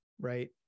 Right